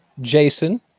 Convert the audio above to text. Jason